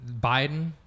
Biden